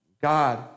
God